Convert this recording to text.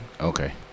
Okay